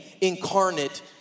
incarnate